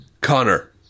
Connor